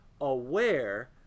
Aware